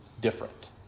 different